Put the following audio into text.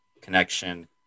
connection